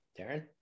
Darren